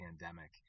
pandemic